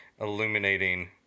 illuminating